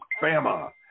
Fama